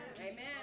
Amen